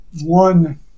one